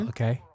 Okay